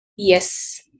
Yes